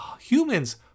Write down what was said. humans